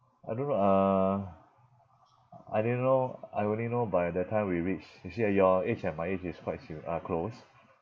I don't know uh I didn't know I only know by the time we reach you see ah your age and my age is quite sim~ uh close